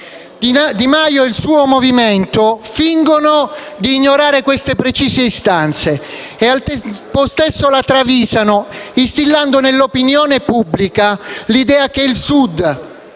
Di Maio e il suo movimento fingono di ignorare queste precise istanze e, al tempo stesso, le travisano, instillando nell'opinione pubblica l'idea che il Sud